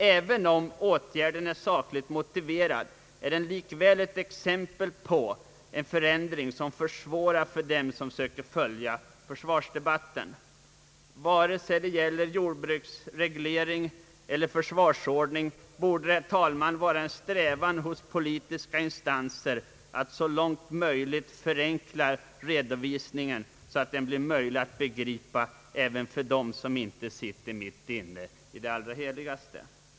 Även om åtgärden är sakligt motiverad utgör den likväl ett exempel på en förändring som försvårar möjligheterna för dem som vill följa försvarsdebatten. Vare sig det gäller jordbruksreglering eller försvarsordning borde det, herr talman, finnas en strävan hos politiska instanser att så långt som möjligt förenkla redovisningen så att den blir möjlig att förstå, även av dem som inte har sin plats i det allra heligaste.